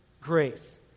grace